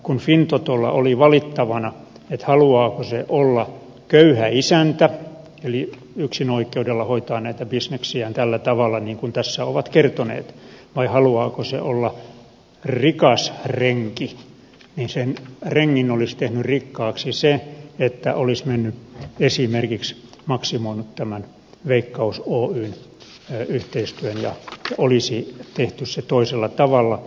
kun fintotolla oli valittavana haluaako se olla köyhä isäntä eli yksinoikeudella hoitaa näitä bisneksiään tällä tavalla niin kuin tässä ovat kertoneet vai haluaako se olla rikas renki niin sen rengin olisi tehnyt rikkaaksi se että se olisi esimerkiksi maksimoinut tämän veikkaus oyn yhteistyön ja olisi tehty se toisella tavalla